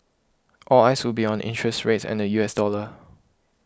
all eyes would be on interest rates and the U S dollar